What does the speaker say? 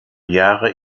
jahre